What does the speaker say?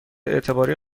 اعتباری